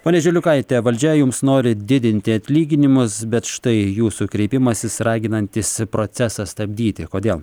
ponia žiliukaite valdžia jums nori didinti atlyginimus bet štai jūsų kreipimasis raginantis procesą stabdyti kodėl